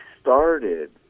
started